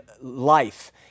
life